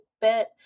bit